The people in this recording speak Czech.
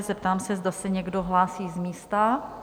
Zeptám se, zda se někdo hlásí z místa?